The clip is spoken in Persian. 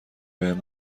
بهم